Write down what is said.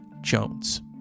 Jones